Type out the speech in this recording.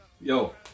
Yo